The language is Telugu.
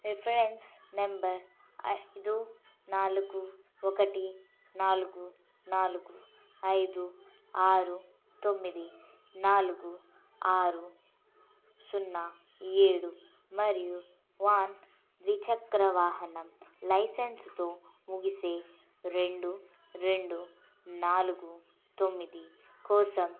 రిఫరెన్స్ నెంబర్ ఐదు నాలుగు ఒకటి నాలుగు నాలుగు ఐదు ఆరు తొమ్మిది నాలుగు ఆరు సున్నా ఏడు మరియు వాన్ ద్విచక్ర వాహనం లైసెన్స్తో ముగిసే రెండు రెండు నాలుగు తొమ్మిది కోసం